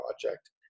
project